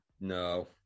no